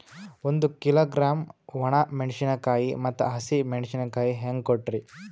ಒಂದ ಕಿಲೋಗ್ರಾಂ, ಒಣ ಮೇಣಶೀಕಾಯಿ ಮತ್ತ ಹಸಿ ಮೇಣಶೀಕಾಯಿ ಹೆಂಗ ಕೊಟ್ರಿ?